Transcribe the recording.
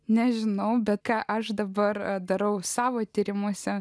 nežinau bet ką aš dabar darau savo tyrimuose